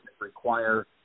require